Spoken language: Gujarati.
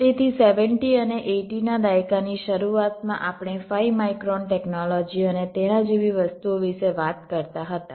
તેથી 70 અને 80 ના દાયકાની શરૂઆતમાં આપણે 5 માઇક્રોન ટેક્નોલોજી અને તેના જેવી વસ્તુઓ વિશે વાત કરતા હતા